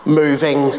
moving